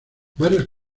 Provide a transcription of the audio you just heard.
varios